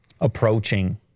approaching